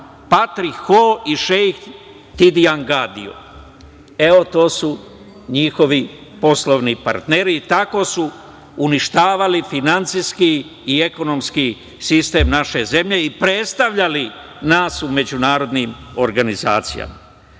Patrih Ho i Šeif Tidijangadio. Evo to su njihovi poslovni partneri i tako su uništavali finansijski i ekonomski sistem naše zemlje i predstavljali nas u međunarodnim organizacijama. Taj